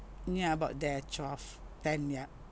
ya about there twelve ten ya